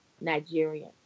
Nigerian